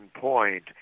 point